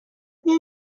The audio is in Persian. میای